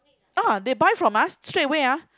ah they buy from us straightaway ah